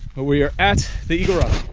well we are at the eagle rock.